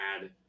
add